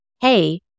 hey